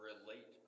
relate